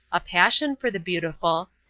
a passion for the beautiful,